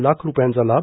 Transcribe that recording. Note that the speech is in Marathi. लाख रूपयांचा लाभ